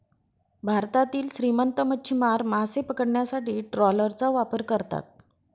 भारतातील श्रीमंत मच्छीमार मासे पकडण्यासाठी ट्रॉलरचा वापर करतात